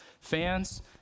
fans